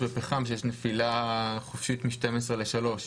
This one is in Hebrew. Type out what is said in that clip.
בפחם שיש נפילה חופשית מ-12% ל-3%?